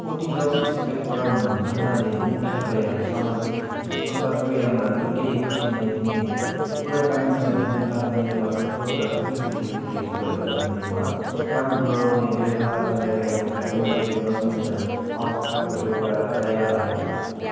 autism spectrum भन्नाले मुख्यतया सामाजिक अन्तरक्रियामा निकै कठिनाइ हुने कुराकानीमा भिन्नता हुने र कठोर र घरीघरी एउटै कुरालाई भन्ने वा काम दोहोऱ्याउने व्यवहार भएका एउटा न्युरोडेभ्लपमेन्टल अवस्थाको एउटा दायरा हो